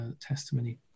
testimony